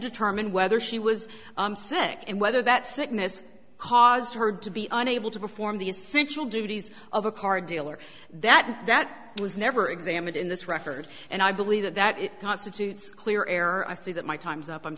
determine whether she was sick and whether that sickness caused her to be unable to perform the essential duties of a car dealer that that was never examined in this record and i believe that that it constitutes clear air i see that my time's up i'm